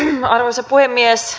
arvoisa puhemies